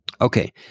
Okay